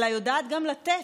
אלא יודעת גם לתת,